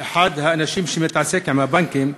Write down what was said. אחד האנשים שמתעסקים עם הבנקים,